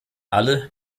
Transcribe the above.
alle